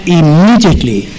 immediately